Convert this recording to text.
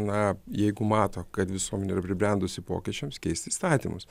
na jeigu mato kad visuomenė yra pribrendusi pokyčiams keisti įstatymus